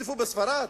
נרדפו בספרד.